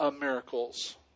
Miracles